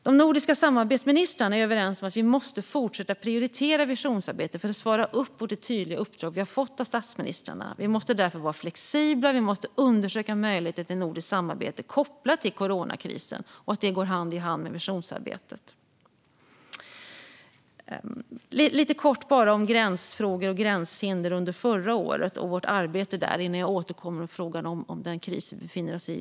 De nordiska samarbetsministrarna är överens om att vi måste fortsätta prioritera visionsarbetet för att svara upp mot det tydliga uppdrag vi har fått av statsministrarna. Vi måste därför vara flexibla och undersöka möjligheter till nordiskt samarbete kopplat till coronakrisen och att det går hand i hand med visionsarbetet. Jag ska lite kort ta upp gränsfrågor och gränshinder och vårt arbete med det under förra året innan jag återkommer till den kris vi nu befinner oss i.